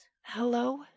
Hello